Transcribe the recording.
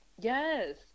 Yes